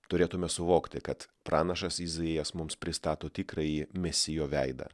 turėtume suvokti kad pranašas izaijas mums pristato tikrąjį mesijo veidą